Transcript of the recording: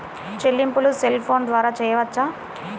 చెల్లింపులు cell phone ద్వారా చేయవచ్చా?